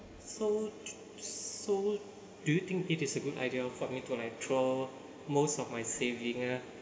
so so do you think it is a good idea for me to like throw most of my saving ah